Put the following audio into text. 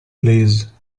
please